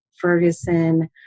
Ferguson